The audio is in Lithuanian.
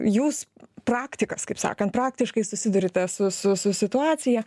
jūs praktikas kaip sakant praktiškai susiduriate su su su situacija